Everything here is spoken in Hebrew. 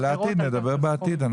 על העתיד נדבר בעתיד.